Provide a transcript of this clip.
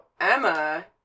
Emma